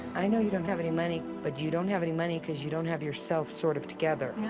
i know you don't have any money. but you don't have any money because you don't have yourself sort of together.